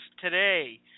today